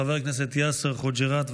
חבר הכנסת יאסר חוג'יראת,